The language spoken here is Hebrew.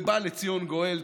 ובא לציון גואל.